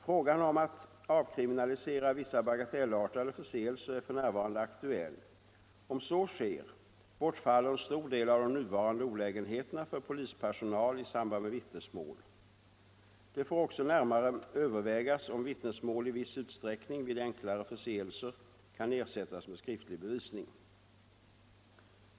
Frågan om att avkriminalisera vissa bagatellartade förseelser är f.n. aktuell. Om så sker bortfaller en stor del av de nuvarande olägenheterna för polispersonal i samband med vittnesmål. Det får också närmare övervägas om vittnesmål i viss utsträckning vid enklare förseelser kan ersättas med skriftlig bevisning.